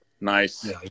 nice